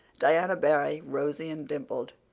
diana barry, rosy and dimpled,